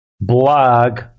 blog